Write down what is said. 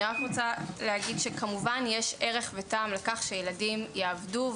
אני רק רוצה להגיד שכמובן יש ערך וטעם לכך שילדים יעבדו.